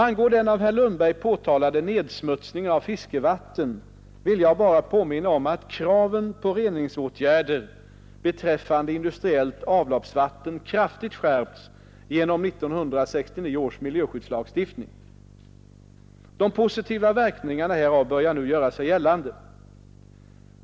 Angående den av herr Lundberg påtalade nedsmutsningen av fiskevatten vill jag bara påminna om att kraven på reningsåtgärder beträffande industriellt avloppsvatten kraftigt skärptes genom 1969 års miljöskyddslagstiftning. De positiva verkningarna härav börjar nu göra sig gällande.